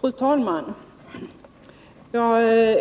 Fru talman!